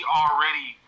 already